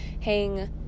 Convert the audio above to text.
hang